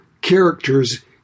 characters